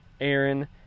Aaron